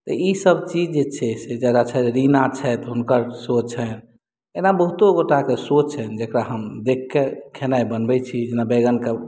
ईसब चीज जे छै से जादा छै रीना छथि हुनकर शो छै एना बहुतो गोटा के शो छनि जेकर हम देख के खेनाइ बनबै छी जेना बैंगन